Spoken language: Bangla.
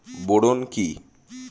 বোরন কি?